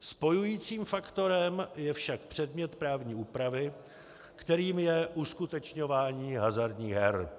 Spojujícím faktorem je však předmět právní úpravy, kterým je uskutečňování hazardních her.